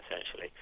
essentially